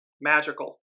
magical